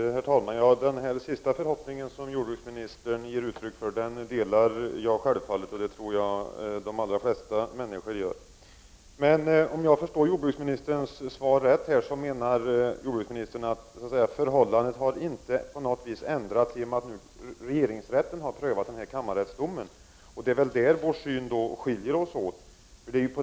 Herr talman! Den sista förhoppningen som jordbruksministern ger uttryck för delar jag självfallet, och det tror jag att de flesta människor gör. Men om jag förstår jordbruksministerns svar rätt menar han att förhållandet på inget sätt har förändrats genom att regeringsrätten nu har prövat denna kammarrättsdom. Det är i detta sammanhang som vår syn skiljer sig åt.